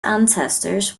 ancestors